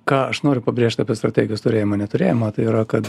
ką aš noriu pabrėžt apie strategijos turėjimą neturėjimą tai yra kad